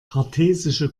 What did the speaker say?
kartesische